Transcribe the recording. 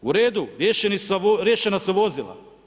U redu, riješena su vozila.